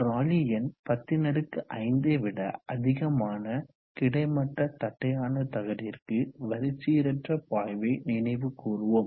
ராலி எண் 105 ஐ விட அதிகமான கிடைமட்ட தட்டையான தகடிற்கு வரிச்சீரற்ற பாய்வை நினைவு கூர்வோம்